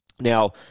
now